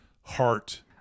heart